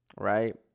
Right